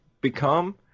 become